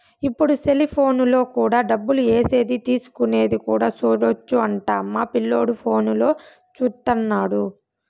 ఇప్పుడు సెలిపోనులో కూడా డబ్బులు ఏసేది తీసుకునేది కూడా సూడొచ్చు అంట మా పిల్లోడు ఫోనులో చూత్తన్నాడు